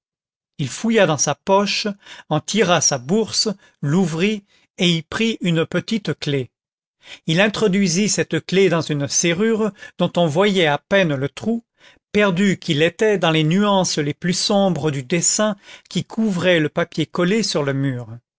il fouilla dans sa poche en tira sa bourse l'ouvrit et y prit une petite clef il introduisit cette clef dans une serrure dont on voyait à peine le trou perdu qu'il était dans les nuances les plus sombres du dessin qui couvrait le papier collé sur le mur